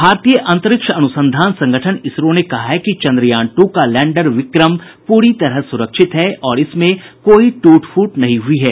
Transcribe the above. भारतीय अंतरिक्ष अनुसंधान संगठन इसरो ने कहा है कि चन्द्रयान टू का लैंडर विक्रम प्ररी तरह सुरक्षित है और इसमें कोई ट्रट फूट नहीं हुई है